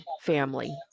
family